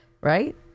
Right